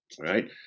right